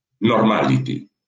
normality